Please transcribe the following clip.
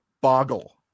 Boggle